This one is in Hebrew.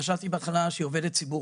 חשבתי בהתחלה שהיא עובדת ציבור,